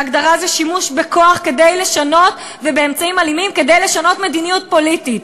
וההגדרה היא: שימוש בכוח ובאמצעים אלימים כדי לשנות מדיניות פוליטית.